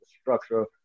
structure